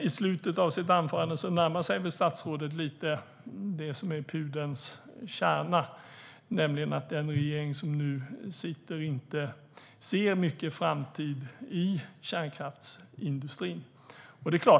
I slutet av sitt anförande närmade sig statsrådet lite grann det som är pudelns kärna, nämligen att den nuvarande regeringen inte ser mycket framtid i kärnkraftsindustrin.